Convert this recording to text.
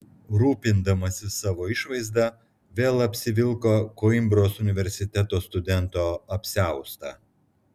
rūpindamasis savo išvaizda vėl apsivilko koimbros universiteto studento apsiaustą